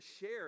share